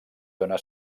dóna